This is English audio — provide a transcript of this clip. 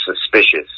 suspicious